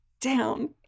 down